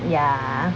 ya